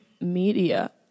media